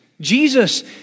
Jesus